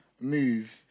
move